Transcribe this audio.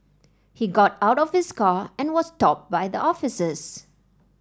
he got out of his car and was stopped by the officers